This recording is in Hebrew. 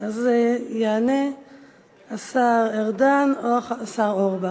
ויענה השר ארדן, או השר אורבך.